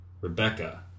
Rebecca